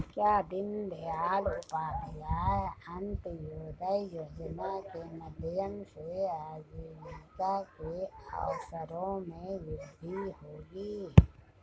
क्या दीन दयाल उपाध्याय अंत्योदय योजना के माध्यम से आजीविका के अवसरों में वृद्धि होगी?